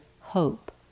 hope